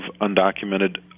undocumented